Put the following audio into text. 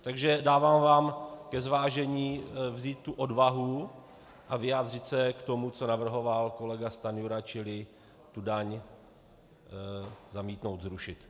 Takže vám dávám ke zvážení vzít tu odvahu a vyjádřit se k tomu, co navrhoval kolega Stanjura, čili tu daň zrušit.